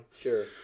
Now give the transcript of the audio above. Sure